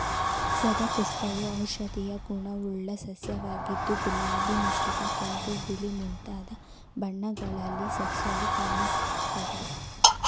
ಸದಾಪುಷ್ಪವು ಔಷಧೀಯ ಗುಣವುಳ್ಳ ಸಸ್ಯವಾಗಿದ್ದು ಗುಲಾಬಿ ಮಿಶ್ರಿತ ಕೆಂಪು ಬಿಳಿ ಮುಂತಾದ ಬಣ್ಣಗಳಲ್ಲಿ ಸಸ್ಯವು ಕಾಣಸಿಗ್ತದೆ